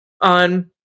on